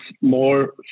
more